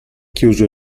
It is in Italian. chiuso